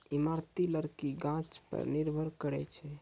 इमारती लकड़ी गाछ पर निर्भर करै छै